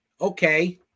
Okay